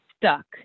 stuck